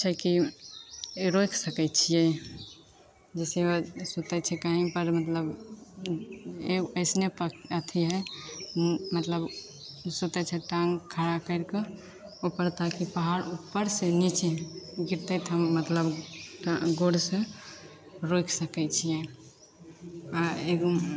छै कि रोकि सकै छिए जइसे ओ सुतै छै कहीँपरमे मतलब एगो अइसनपर अथी हइ मतलब सुतै छै टाँग खड़ा करिके ओकर ताकि पहाड़ उपरसे निचे गिरतै तऽ हम मतलब गोड़से रोकि सकै छिए आओर एगो